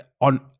on